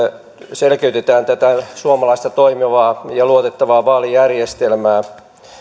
selkeytetään tätä suomalaista toimivaa ja luotettavaa vaalijärjestelmää